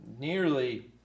nearly –